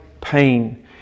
pain